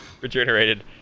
Regenerated